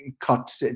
cut